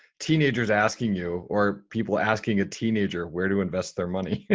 teenagers asking you or people asking a teenager where to invest their money.